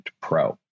Pro